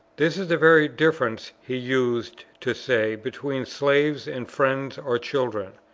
this is the very difference, he used to say, between slaves, and friends or children.